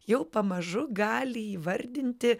jau pamažu gali įvardinti